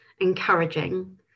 encouraging